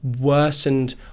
worsened